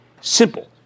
Simple